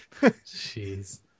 Jeez